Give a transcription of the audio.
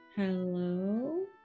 Hello